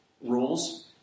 rules